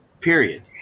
Period